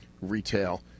retail